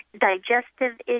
digestive